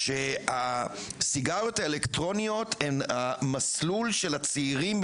שהסיגריות האלקטרוניות הן המסלול של הצעירים,